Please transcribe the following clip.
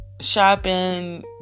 shopping